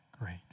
great